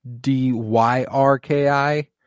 D-Y-R-K-I